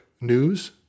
news